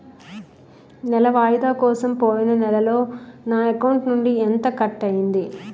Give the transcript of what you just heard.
నెల వాయిదా కోసం పోయిన నెలలో నా అకౌంట్ నుండి ఎంత కట్ అయ్యింది?